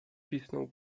pisnął